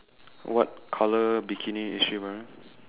what colour bikini is she wearing